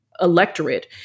electorate